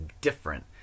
different